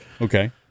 Okay